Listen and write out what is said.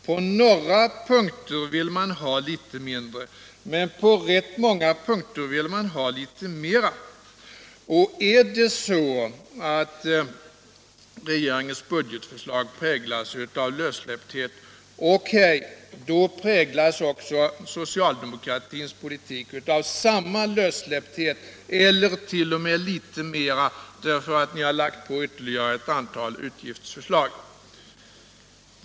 På några punkter vill man ha litet mindre, men på rätt många punkter vill man ha litet mer. Är det så att regeringens budgetförslag präglas av lössläppthet — då präglas också socialdemokratins politik av samma eller t.o.m. litet större lössläppthet, därför att ni har lagt på ytterligare ett antal utgiftsförslag!